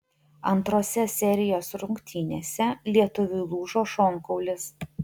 antrose serijos rungtynėse lietuviui lūžo šonkaulis